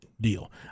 deal